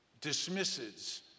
dismisses